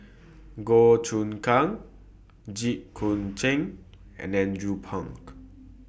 Goh Choon Kang Jit Koon Ch'ng and Andrew Phang